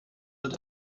wird